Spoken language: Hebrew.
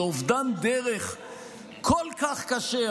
זה אובדן דרך כל כך קשה.